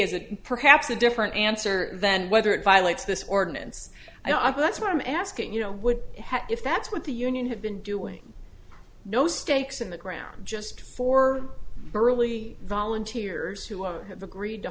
is it perhaps a different answer than whether it violates this ordinance i that's what i'm asking you know would have if that's what the union had been doing no stakes in the ground just for early volunteers who are have agreed to